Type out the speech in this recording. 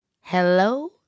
Hello